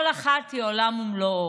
כל אחת היא עולם ומלואו,